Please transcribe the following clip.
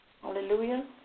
Hallelujah